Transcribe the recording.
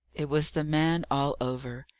it was the man all over.